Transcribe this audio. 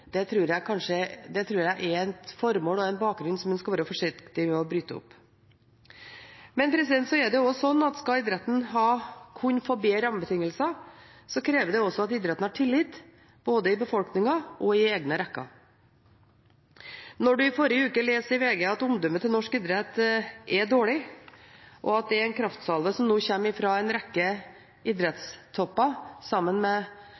tror jeg er et formål og en bakgrunn som en skal være forsiktig med å bryte opp. Men så er det også slik at skal idretten kunne få bedre rammebetingelser, krever det at idretten har tillit, både i befolkningen og i egne rekker. Når man i forrige uke kunne lese i VG at omdømmet til norsk idrett er dårlig, og det er en kraftsalve som nå kommer fra en rekke idrettstopper sammen med